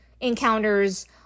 encounters